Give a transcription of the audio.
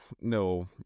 no